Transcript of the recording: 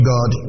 God